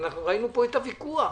ראינו פה את הוויכוח